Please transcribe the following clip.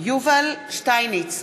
יובל שטייניץ,